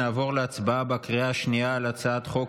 נעבור להצבעה בקריאה השנייה על הצעת חוק